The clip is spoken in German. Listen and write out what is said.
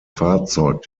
fahrzeug